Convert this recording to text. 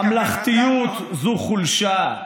ממלכתיות זו חולשה,